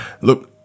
look